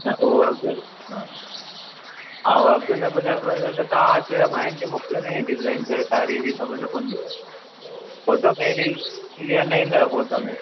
न उहो अघु न ऐं अघु न ॿुधाइबो आहे न त तव्हां अचो या मायुनि खे मोकिलियो न इहे डिज़ाइन छा आहे साड़ीअ जी ख़बर न पवंदी आहे फ़ोटो में अहिड़ी क्लीयर न ईंदव फ़ोटो में